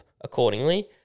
accordingly